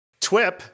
twip